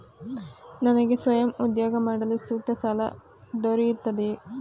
ನನಗೆ ಸ್ವಯಂ ಉದ್ಯೋಗ ಮಾಡಲು ಸೂಕ್ತ ಸಾಲ ದೊರೆಯುತ್ತದೆಯೇ?